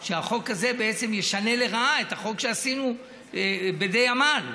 ש בעצם ישנה לרעה את החוק שעשינו בדי עמל,